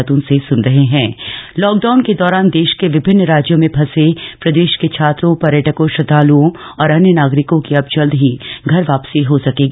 उत्तराखंड वापसी lockdown के दौरान देश के विभिन्न राज्यों में फंसे प्रदेश के छात्रों पर्यटकों श्रद्धालुओं और अन्य नागरिकों की अब जल्द ही घर वापसी हो सकेगी